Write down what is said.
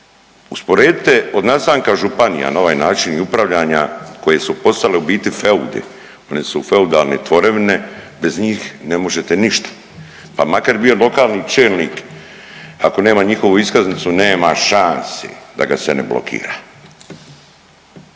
Usporedite od nastanka županija na ovaj način i upravljanja koje su postale u biti feudi, one su feudalne tvorevine, bez njih ne možete ništa, pa makar bio lokalni čelnik ako nema njihovu iskaznicu nema šanse da ga se ne blokira.